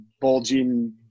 bulging –